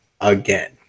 again